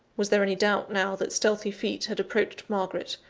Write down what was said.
was there any doubt now, that stealthy feet had approached margaret,